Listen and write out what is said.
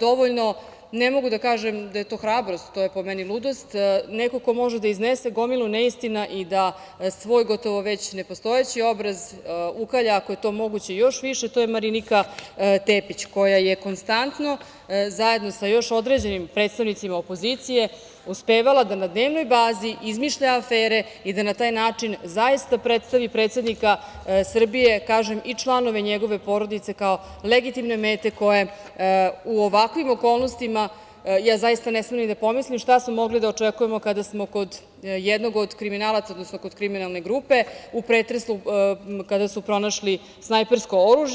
dovoljno, ne mogu da kažem da je to hrabrost, to je po meni ludost, neko ko može da iznese gomilu neistina i da svoj gotovo već nepostojeći obraz ukalja ako je to moguće još više, to je Marinika Tepić koja je konstantno zajedno sa još određenim predstavnicima opozicije uspevala da na dnevnoj bazi izmišlja afere i da na taj način zaista predstavi predsednika Srbije, kažem i članove njegove porodice kao legitimne mete koje u ovakvim okolnostima, zaista ne smem ni da pomislim šta smo mogli da očekujemo kada smo kod jednog od kriminalaca, odnosno kod kriminalne grupe u pretresu pronašli snajpersko oružje.